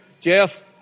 Jeff